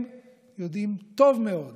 הם יודעים טוב מאוד